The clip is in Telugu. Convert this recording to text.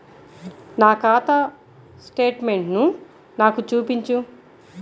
నా ఖాతా స్టేట్మెంట్ను నాకు చూపించు